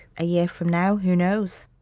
a year from now, who knows?